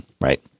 right